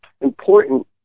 important